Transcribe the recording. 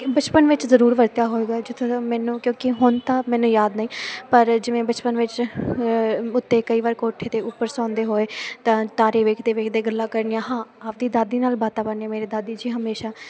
ਬਚਪਨ ਵਿੱਚ ਜ਼ਰੂਰ ਵਰਤਿਆ ਹੋਏਗਾ ਜਿੱਥੋਂ ਤੱਕ ਮੈਨੂੰ ਕਿਉਂਕਿ ਹੁਣ ਤਾਂ ਮੈਨੂੰ ਯਾਦ ਨਹੀਂ ਪਰ ਜਿਵੇਂ ਬਚਪਨ ਵਿੱਚ ਉੱਤੇ ਕਈ ਵਾਰ ਕੋਠੇ ਦੇ ਉੱਪਰ ਸੌਂਦੇ ਹੋਏ ਤਾ ਤਾਰੇ ਵੇਖਦੇ ਵੇਖਦੇ ਗੱਲਾਂ ਕਰਨੀਆਂ ਹਾਂ ਆਪਦੀ ਦਾਦੀ ਨਾਲ ਬਾਤਾਂ ਮਾਰਨੀਆਂ ਮੇਰੇ ਦਾਦੀ ਜੀ ਹਮੇਸ਼ਾ